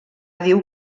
diu